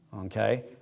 Okay